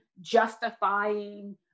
justifying